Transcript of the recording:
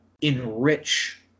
enrich